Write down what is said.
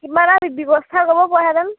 কিবা এটা ব্যৱস্থা কৰিব পৰাহেতেন